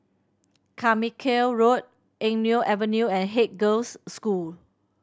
Carmichael Road Eng Neo Avenue and Haig Girls' School